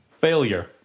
Failure